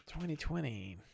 2020